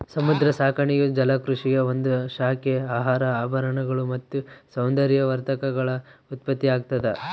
ಸಮುದ್ರ ಸಾಕಾಣಿಕೆಯು ಜಲಕೃಷಿಯ ಒಂದು ಶಾಖೆ ಆಹಾರ ಆಭರಣಗಳು ಮತ್ತು ಸೌಂದರ್ಯವರ್ಧಕಗಳ ಉತ್ಪತ್ತಿಯಾಗ್ತದ